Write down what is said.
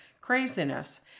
craziness